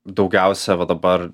daugiausia va dabar